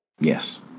Yes